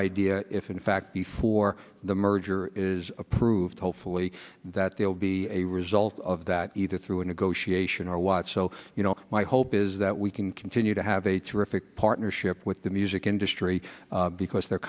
idea if in fact before the merger is approved hopefully that there will be a result of that either through a negotiation or watch so you know my hope is that we can continue to have a terrific partnership with the music industry because the